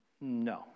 No